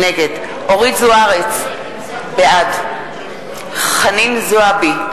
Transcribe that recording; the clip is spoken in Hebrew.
נגד אורית זוארץ, בעד חנין זועבי,